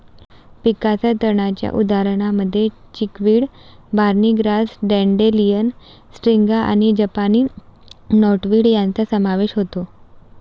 पिकाच्या तणांच्या उदाहरणांमध्ये chickweed, barnyard grass, dandelion, striga आणि जपानी नॉटवीड यांचा समावेश होतो